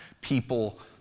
people